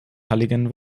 halligen